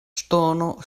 ŝtono